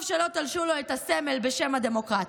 טוב שלא תלשו את הסמל בשם הדמוקרטיה.